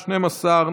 12,